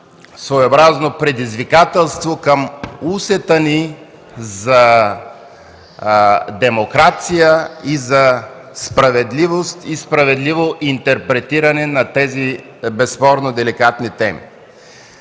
своеобразно предизвикателство към усета ни за демокрация и за справедливост и справедливо интерпретиране на тези безспорно деликатни теми.